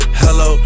hello